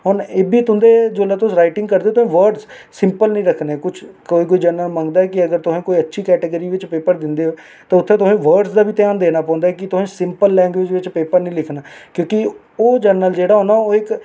हून एह् बी तुं'दे जिसलै तुस राईटिंग करदे ओ ते तुं'दे वर्डस सिंपल निं रक्खने कुछ जर्नल मंगदे न जे तुस कोई अच्छी कैटागिरी बिच्च पेपर दिंदे ओ ते उत्थें तुसें वर्डस दी बी ध्यान देना पौंदा ऐ कि तुसें सिंपल लैंगवेज बिच्च पेपर निं लिखना क्योंकि ओह् जर्नल जेह्ड़ा ओह् ना इक